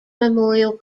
memorial